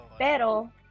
Pero